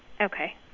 Okay